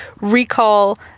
recall